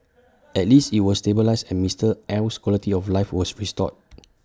at least IT was stabilised and Mister L's quality of life was restored